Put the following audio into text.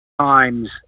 times